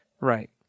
Right